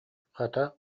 хата